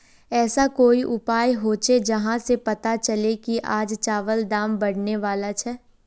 ऐसा कोई उपाय होचे जहा से पता चले की आज चावल दाम बढ़ने बला छे?